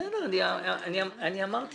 אמרתי